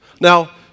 Now